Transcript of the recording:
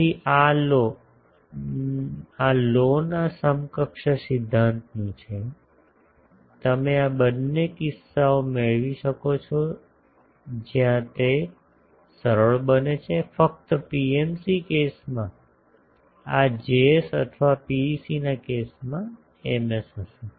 તેથી આ લો ના સમકક્ષ સિદ્ધાંતનું છે તમે આ બંને કિસ્સાઓ મેળવી શકો છો જ્યાં તે સરળ બને છે ફક્ત પીએમસી કેસમાં આ Js અથવા પીઈસીના કિસ્સામાં Ms હશે